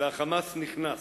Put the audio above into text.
וה'חמאס' נכנס.